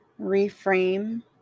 reframe